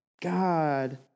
God